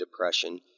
depression